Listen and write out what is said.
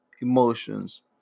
emotions